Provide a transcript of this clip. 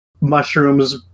mushrooms